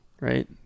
right